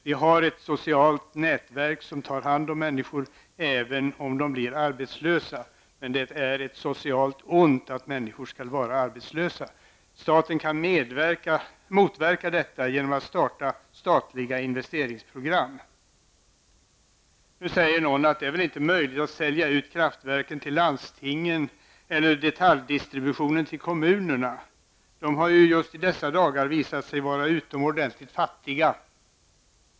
Vi har ett socialt nätverk som tar hand om människor även om de blir arbetslösa, men det är ett socialt ont att människor skall vara arbetslösa. Staten kan motverka detta genom att starta statliga investeringsprogram. Nu säger någon att det är väl inte möjligt att sälja ut kraftverken till landstingen eller att sälja ut detaljdistributionen till kommunerna. De har ju just i dessa dagar visat sig vara utomordentligt fattiga.